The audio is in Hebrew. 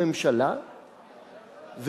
הממשלה,